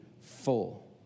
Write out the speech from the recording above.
full